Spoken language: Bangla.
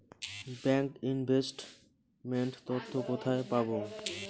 ব্যাংক ইনভেস্ট মেন্ট তথ্য কোথায় পাব?